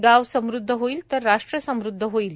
गाव समृद्ध होईल तर राष्ट्र समृद्ध होईल